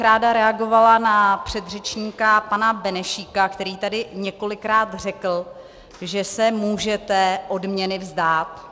Ráda bych reagovala na předřečníka pana Benešíka, který tady několikrát řekl, že se můžete odměny vzdát.